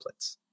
templates